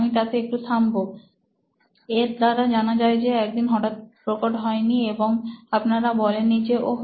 আমি তাতে একটু থামবো এর দ্বারা জানা যায় যে একদিন হঠাৎ প্রকট হয়নি এবং আপনারা বলেননি যে ওহ